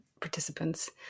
participants